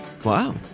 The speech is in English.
Wow